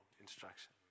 instruction